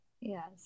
yes